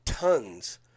tons